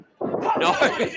No